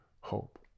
hope